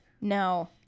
No